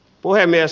puhemies